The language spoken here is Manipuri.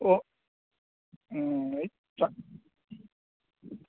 ꯑꯣ ꯎꯝ